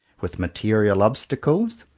with material obstacles,